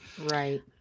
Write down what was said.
right